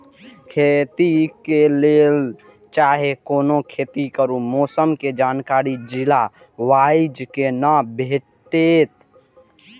खेती करे के लेल चाहै कोनो खेती करू मौसम के जानकारी जिला वाईज के ना भेटेत?